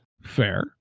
fair